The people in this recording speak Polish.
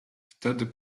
wtedy